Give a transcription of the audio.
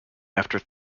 after